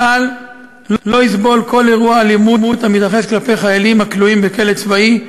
צה"ל לא יסבול כל אירוע אלימות המתרחש כלפי חיילים הכלואים בכלא צבאי,